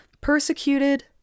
persecuted